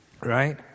right